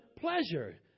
pleasure